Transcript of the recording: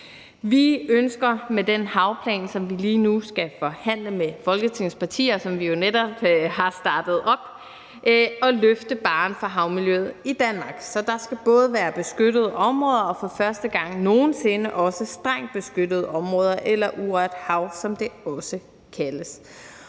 Vi ønsker med den havplan, som vi lige nu skal forhandle med Folketingets partier, og som vi jo netop har startet op, at løfte barren for havmiljøet i Danmark. Så der skal både være beskyttede områder og for første gang nogen sinde også strengt beskyttede områder eller urørt hav, som det også kaldes.